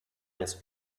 des